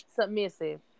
submissive